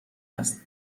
است